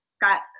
got